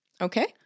Okay